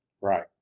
Right